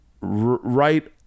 right